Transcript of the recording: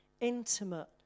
intimate